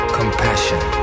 compassion